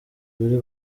biri